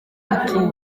bahutu